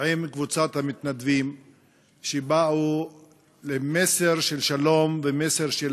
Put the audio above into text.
עם קבוצת המתנדבים שבאו למסר של שלום ומסר של